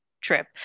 trip